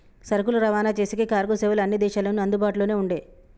సరుకులు రవాణా చేసేకి కార్గో సేవలు అన్ని దేశాల్లోనూ అందుబాటులోనే ఉండే